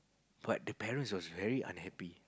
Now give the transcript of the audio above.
but the parents was very unhappy